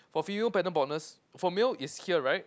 for female pattern baldness for male it's here right